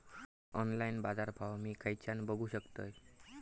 Online बाजारभाव मी खेच्यान बघू शकतय?